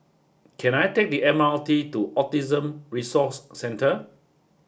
can I take the M R T to Autism Resource Centre